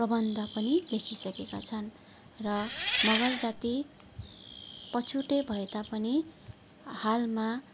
प्रबन्ध पनि लेखिसकेका छन् र मगर जाति पछौटे भए तापनि हालमा